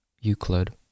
Euclid